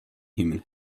human